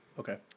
Okay